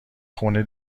خونه